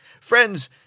Friends